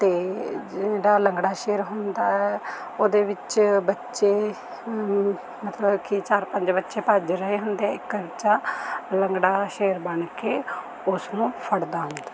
ਤੇ ਜਿਹੜਾ ਲੰਗੜਾ ਸ਼ੇਰ ਹੁੰਦਾ ਹੈ ਉਹਦੇ ਵਿੱਚ ਬੱਚੇ ਮਤਲਬ ਕਿ ਚਾਰ ਪੰਜ ਬੱਚੇ ਭੱਜ ਰਹੇ ਹੁੰਦੇ ਇੱਕ ਬੱਚਾ ਲੰਗੜਾ ਸ਼ੇਰ ਬਣ ਕੇ ਓਸ ਨੂੰ ਫੜਦਾ ਹੁੰਦਾ